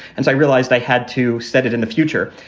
and so i realized i had to set it in the future.